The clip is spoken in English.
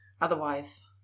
Otherwise